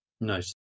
Nice